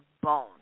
bone